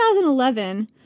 2011